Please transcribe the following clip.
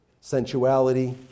sensuality